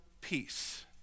peace